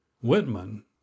Whitman